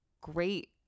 great